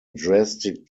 drastic